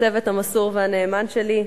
לצוות המסור והנאמן שלי,